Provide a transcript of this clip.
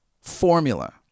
formula